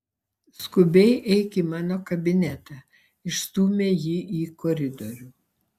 skubiai eik į mano kabinetą išstūmė jį į koridorių